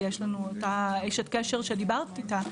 את אשת הקשר שדיברתי איתה,